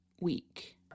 week